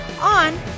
on